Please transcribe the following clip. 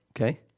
Okay